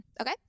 Okay